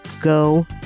Go